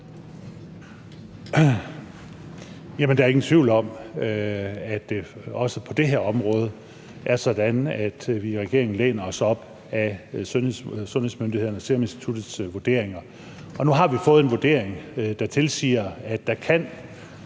der er ingen tvivl om, at det også på det her område er sådan, at vi i regeringen læner os op ad sundhedsmyndighedernes, Statens Serum Instituts, vurderinger. Og nu har vi fået en vurdering, der tilsiger, at der kan